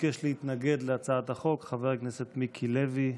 ביקש להתנגד להצעת החוק חבר הכנסת מיקי לוי.